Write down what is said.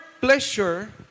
pleasure